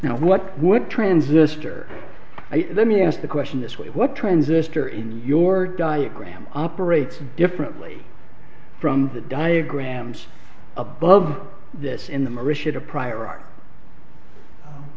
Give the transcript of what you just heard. see what would transistor let me ask the question this way what transistor in your diagram operates differently from the diagrams above this in the